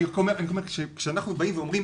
אני רק אומר שכאשר אנחנו באים ואומרים